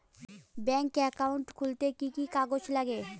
Bank account খুলতে কি কি কাগজ লাগে?